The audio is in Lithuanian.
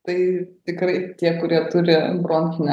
tai tikrai tie kurie turi bronchinę